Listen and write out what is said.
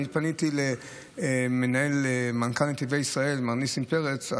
אני פניתי למנכ"ל נתיבי ישראל מר ניסים פרץ.